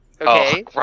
Okay